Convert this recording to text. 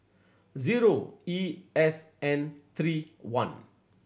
zero E S N three one